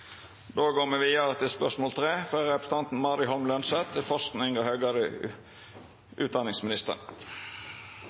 Da går vi videre til spørsmål 2. Dette spørsmålet, fra representanten Ine Eriksen Søreide til utenriksministeren, vil bli besvart av klima- og